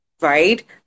right